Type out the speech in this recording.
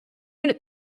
unit